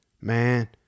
man